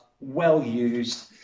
well-used